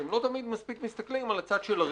אתם לא תמיד מספיק מסתכלים על הצד של הרווח.